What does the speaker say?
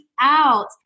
out